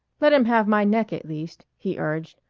let him have my neck at least, he urged,